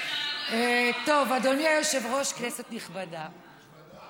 אדוני היושב-ראש, כנסת נכבדה.